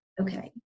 okay